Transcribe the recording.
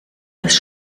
dass